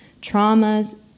traumas